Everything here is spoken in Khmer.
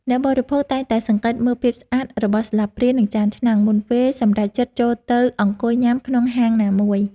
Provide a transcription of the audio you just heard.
អ្នកបរិភោគតែងតែសង្កេតមើលភាពស្អាតរបស់ស្លាបព្រានិងចានឆ្នាំង មុនពេលសម្រេចចិត្តចូលទៅអង្គុយញ៉ាំក្នុងហាងណាមួយ។